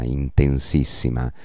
intensissima